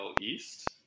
East